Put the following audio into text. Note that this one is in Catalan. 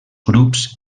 grups